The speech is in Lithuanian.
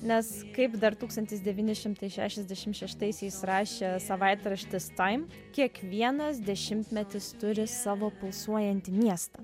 nes kaip dar tūkstantis devyni šimtai šešiasdešim šeštaisiais rašė savaitraštis taim kiekvienas dešimtmetis turi savo pulsuojantį miestą